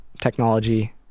technology